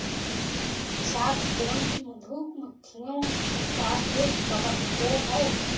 chalkbrood, मधु मक्खियों का एक कवक रोग है